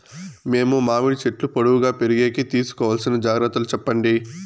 మేము మామిడి చెట్లు పొడువుగా పెరిగేకి తీసుకోవాల్సిన జాగ్రత్త లు చెప్పండి?